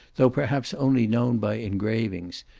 though perhaps only known by engravings,